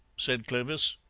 said clovis.